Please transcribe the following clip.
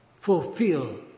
fulfill